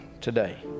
today